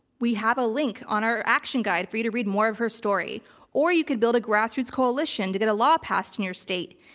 we have a link on our action guide for you to read more of her story or you could build a grassroots coalition to get a law passed in your state.